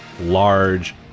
large